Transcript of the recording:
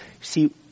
See